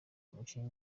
umukinnyi